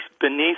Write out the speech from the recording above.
beneath